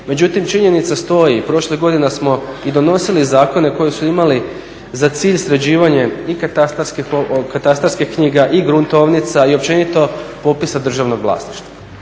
Međutim, činjenica stoji prošle godine da smo i donosili zakone koji su imali za cilj sređivanje i katastarskih knjiga i gruntovnica i općenito popisa državnog vlasništva.